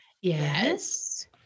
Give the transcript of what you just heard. Yes